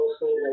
mostly